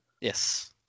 Yes